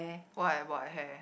what about her hair